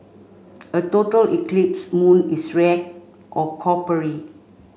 a total eclipse moon is red or coppery